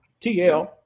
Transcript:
TL